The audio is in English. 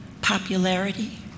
popularity